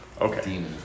okay